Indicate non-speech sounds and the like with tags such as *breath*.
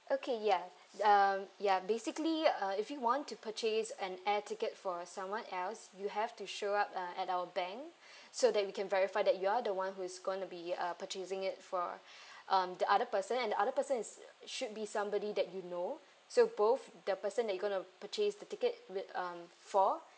okay ya um ya basically uh if you want to purchase an air ticket for someone else you have to show up uh at our bank *breath* so that we can verify that you're the one who is going to be uh purchasing it for *breath* um the other person and the other person is should be somebody that you know so both the person that you're going to purchase the ticket with um for